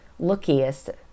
lookiest